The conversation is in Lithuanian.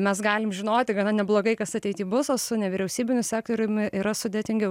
mes galim žinoti gana neblogai kas ateityje bus su nevyriausybiniu sektoriumi yra sudėtingiau